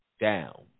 down